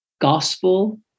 Gospel